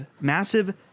massive